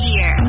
Year